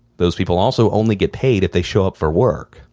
those people also only get paid if they show up for work.